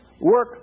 work